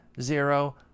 zero